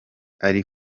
ari